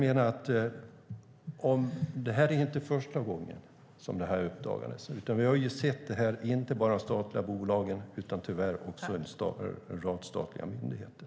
Det är inte heller första gången det uppdagas, utan vi har sett det inte bara i statliga bolag utan tyvärr också några gånger inom en rad statliga myndigheter.